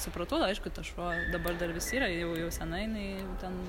supratau aišku tas šuo dabar dar vis yra jau jau sena jinai jau ten